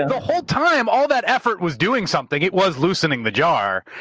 the whole time, all that effort was doing something. it was loosening the jar.